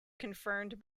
confirmed